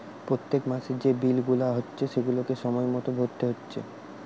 পোত্তেক মাসের যে বিল গুলা হচ্ছে সেগুলাকে সময় মতো ভোরতে হচ্ছে